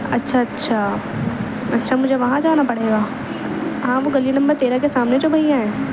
اچھا اچھا اچھا مجھے وہاں جانا پڑے گا ہاں وہ گلی نمبر تیرہ کے سامنے جو بھیا ہیں